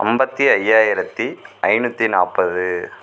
ஐம்பத்தி ஐயாயிரத்து ஐநூற்றி நாற்பது